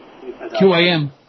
QAM